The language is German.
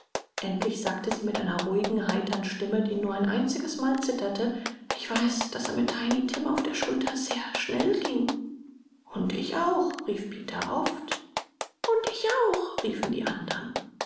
endlich sagte sie mit einer ruhigen heitern stimme die nur ein einziges mal zitterte ich weiß daß er mit ich weiß daß er mit tiny tim auf der schulter sehr schnell ging und ich auch rief peter oft und ich auch riefen die andern